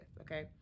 okay